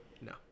No